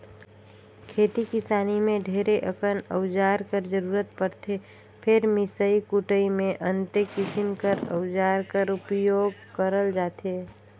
खेती किसानी मे ढेरे अकन अउजार कर जरूरत परथे फेर मिसई कुटई मे अन्ते किसिम कर अउजार कर उपियोग करल जाथे